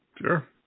Sure